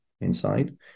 inside